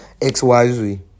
XYZ